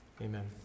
Amen